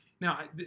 Now